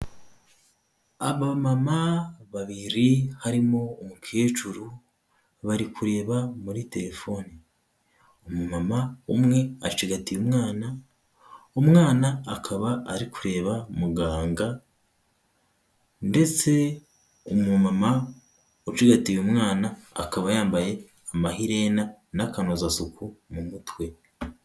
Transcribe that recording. Abamama babiri harimo umukecuru, bari kureba muri terefoni. Umumama umwe acigatiye umwana, umwana akaba ari kureba muganga ndetse umumama ucigatiye umwana akaba yambaye amaherena n'akanozasuku mu mutwe.